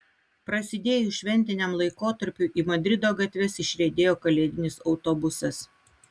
prasidėjus šventiniam laikotarpiui į madrido gatves išriedėjo kalėdinis autobusas